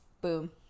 Boom